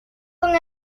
con